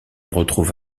retrouve